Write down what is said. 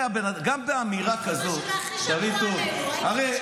זו התקופה שבה הכי הרבה שמרו עלינו, הרי